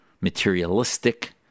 materialistic